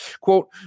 Quote